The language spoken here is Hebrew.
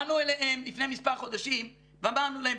באנו אליהם לפני מספר חודשים ואמרנו להם,